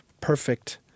perfect